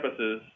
campuses